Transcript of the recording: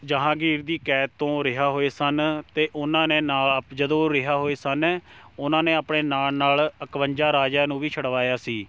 ਜਹਾਂਗੀਰ ਦੀ ਕੈਦ ਤੋਂ ਰਿਹਾਅ ਹੋਏ ਸਨ ਤਾਂ ਉਹਨਾਂ ਨੇ ਨਾਲ ਆਪ ਜਦੋਂ ਰਿਹਾਅ ਹੋਏ ਸਨ ਉਹਨਾਂ ਨੇ ਆਪਣੇ ਨਾਲ ਨਾਲ ਇਕਵੰਜਾ ਰਾਜਿਆਂ ਨੂੰ ਵੀ ਛੁਡਵਾਇਆ ਸੀ